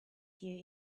here